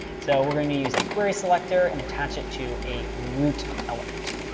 so we're going to use a queryselector and attach it to a root element.